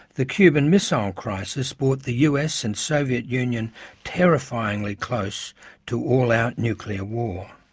the cuban missile crisis brought the us and soviet union terrifyingly close to all out nuclear war.